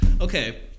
Okay